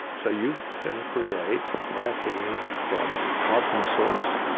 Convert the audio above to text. so you can create graphene from a carbon source,